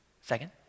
Second